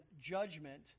judgment